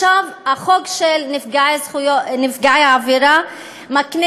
החוק של נפגעי עבירה מקנה